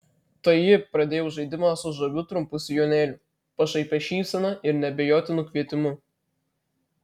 tai ji pradėjo žaidimą su žaviu trumpu sijonėliu pašaipia šypsena ir neabejotinu kvietimu